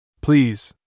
Please